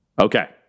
Okay